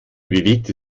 bewegte